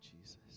Jesus